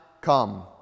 come